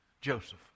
Joseph